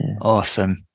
awesome